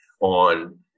on